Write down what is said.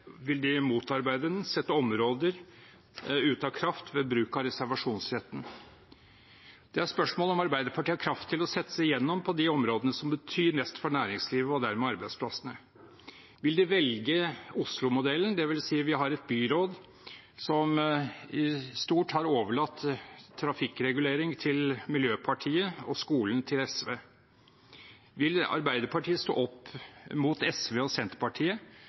vil de motarbeide den og sette områder ut av kraft ved bruk av reservasjonsretten. Det er et spørsmål om Arbeiderpartiet har kraft til å kjempe seg igjennom på de områdene som betyr mest for næringslivet og dermed arbeidsplassene. Vil de velge Oslo-modellen, der vi har et byråd som i stort har overlatt trafikkreguleringen til Miljøpartiet De Grønne og skolen til SV? Vil Arbeiderpartiet stå opp mot SV og Senterpartiet